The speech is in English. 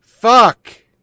fuck